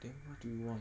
then what do you want